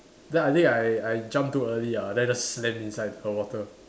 then I think I I jump too early ah then I just land inside the water